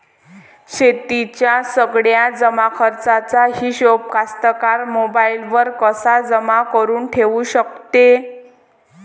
शेतीच्या सगळ्या जमाखर्चाचा हिशोब कास्तकार मोबाईलवर कसा जमा करुन ठेऊ शकते?